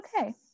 okay